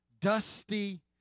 dusty